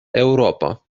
eŭropo